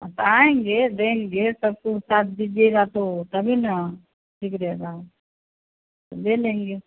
आएँगे देंगे सबकुछ साथ दीजिएगा तो तभी ना ठीक रहेगा तो ले लेंगे